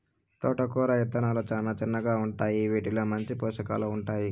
తోటకూర ఇత్తనాలు చానా చిన్నగా ఉంటాయి, వీటిలో మంచి పోషకాలు ఉంటాయి